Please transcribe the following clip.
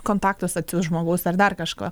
kontaktus atsiųst žmogaus ar dar kažko